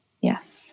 Yes